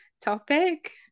topic